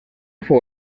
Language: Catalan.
fou